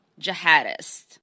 jihadist